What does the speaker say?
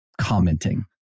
commenting